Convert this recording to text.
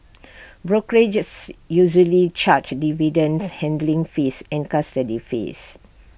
brokerages usually charge dividend handling fees and custody fees